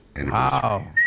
Wow